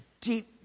deep